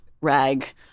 rag